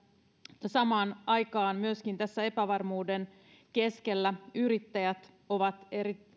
mutta samaan aikaan tässä epävarmuuden keskellä myöskin yrittäjät ovat